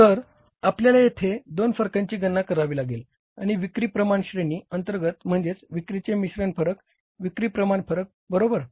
तर आपल्याला येथे आपल्याला दोन फरकाची गणना करावी लागेल आणि विक्री प्रमाण श्रेणी अंतर्गत म्हणजे विक्रीचे मिश्रण फरक विक्री प्रमाण फरक बरोबर